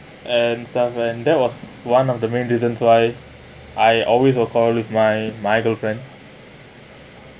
and stuff and that was one of the main reasons why I always will call if my my girlfriend